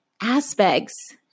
aspects